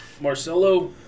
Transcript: Marcelo